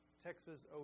Texas